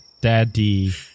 daddy